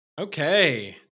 Okay